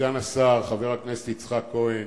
לסגן השר, חבר הכנסת יצחק כהן,